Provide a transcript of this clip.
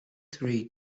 three